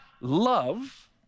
love